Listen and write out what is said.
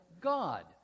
God